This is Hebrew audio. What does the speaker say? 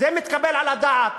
זה מתקבל על הדעת.